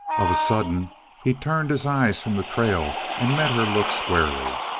of a sudden he turned his eyes from the trail and met her look squarely.